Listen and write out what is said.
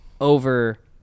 over